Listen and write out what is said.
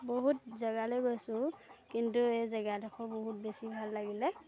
বহুত জেগালৈ গৈছোঁ কিন্তু এই জেগাডোখৰ বহুত বেছি ভাল লাগিলে